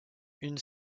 une